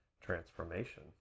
transformation